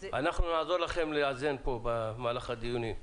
נעזור לכם לאזן פה במהלך הדיונים.